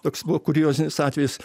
toks buvo kuriozinis atvejis